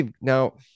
now